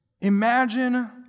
imagine